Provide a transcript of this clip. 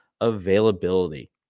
availability